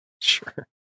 Sure